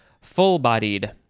full-bodied